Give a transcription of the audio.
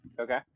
Okay